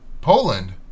Poland